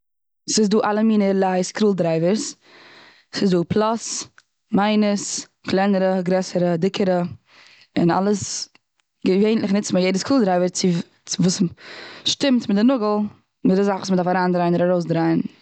ס'איז דא אלע מיני ערליי סקרול דרייווערס. ס'איז דא פלאס, מיינוס, קלענערע, גרעסערע, דיקערע, און אלעס, געווענליך ניצט מען יעדע סקרול דרייווער צו וואס שטימט מיט די נאגל, מיט די זאך וואס מ'דארף אריין דרייען אדער ארויס דרייען.